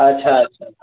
अच्छा अच्छा